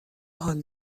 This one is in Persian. حال